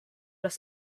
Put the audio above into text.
das